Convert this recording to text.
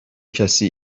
کسی